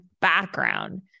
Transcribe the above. background